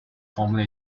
formally